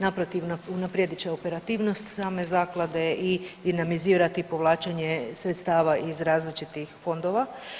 Naprotiv unaprijedit će operativnost same zaklade i dinamizirati povlačenje sredstava iz različitih fondova.